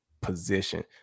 position